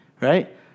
right